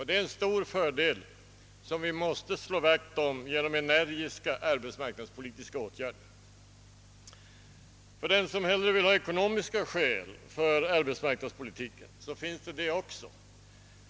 Det är en stor fördel, och vi måste slå vakt om denna positiva inställning genom energiska arbetsmarknadspolitiska åtgärder. För den som hellre vill ha ekonomiska skäl för arbetsmarknadspolitiken finns det också sådana.